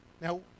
now